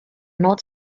not